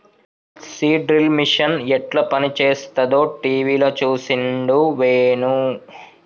seed drill machine యెట్ల పనిచేస్తదో టీవీల చూసిండు వేణు